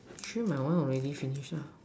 actually my one not really finish lah